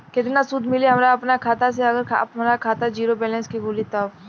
केतना सूद मिली हमरा अपना खाता से अगर हमार खाता ज़ीरो बैलेंस से खुली तब?